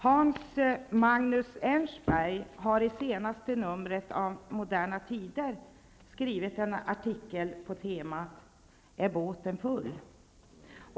Hans Magnus Enzensberger har i senaste numret av Moderna tider skrivit en artikel på temat ''Är båten full?''.